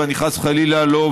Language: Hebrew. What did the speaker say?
ואני חס וחלילה לא,